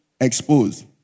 Exposed